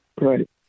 Right